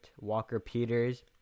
Walker-Peters